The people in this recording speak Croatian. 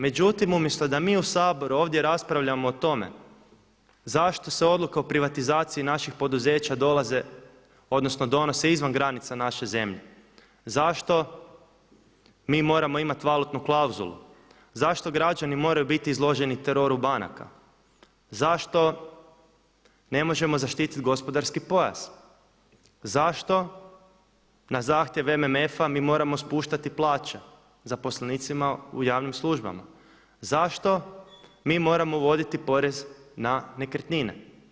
Međutim, umjesto da mi u Saboru ovdje raspravljamo o tome zašto se odluke o privatizaciji naših poduzeća donose izvan granica naše zemlje, zašto mi moramo imati valutnu klauzulu, zašto građani moraju biti izloženi teroru banaka, zašto ne možemo zaštititi gospodarski pojas, zašto na zahtjev MMF-a mi moramo spuštati plaće zaposlenicima u javnim službama, zašto mi moramo uvoditi porez na nekretnine.